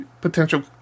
potential